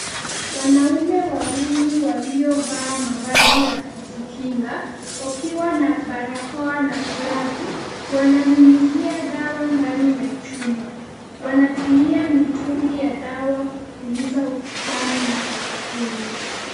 Wanaume wawili waliovaa mavazi ya kujikinga wakiwa na barakoa na glavu, wananyunyizia dawa ndani ya chumba. Wanatumia mitungi ya dawa kupuliza ukutani na sakafuni.